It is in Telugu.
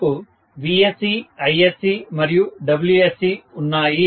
మనకు Vsc Isc మరియు Wsc ఉన్నాయి